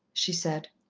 she said.